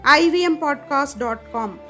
ivmpodcast.com